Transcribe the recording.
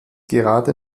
gerade